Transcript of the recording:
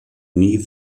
nie